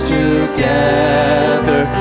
together